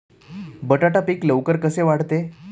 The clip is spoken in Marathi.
बटाटा पीक लवकर कसे वाढते?